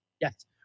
yes